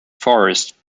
forests